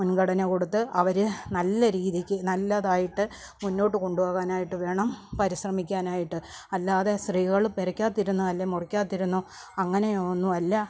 മുൻഗണന കൊടുത്ത് അവരെ നല്ല രീതിക്ക് നല്ലതായിട്ട് മുന്നോട്ട് കൊണ്ടുപോകാനായിട്ട് വേണം പരിശ്രമിക്കാനായിട്ട് അല്ലാതെ സ്ത്രീകൾ പുരയ്ക്ക് അകത്ത് ഇരുന്നാലോ മുറിക്ക് അകത്ത് അങ്ങനെയൊന്നും അല്ല